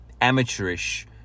Amateurish